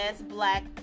Black